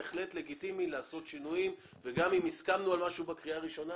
בהחלט לגיטימי לעשות שינויים וגם אם הסכמנו על משהו בקריאה הראשונה,